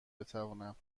بتوانم